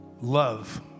Love